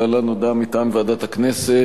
להלן הודעה מטעם ועדת הכנסת.